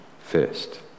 first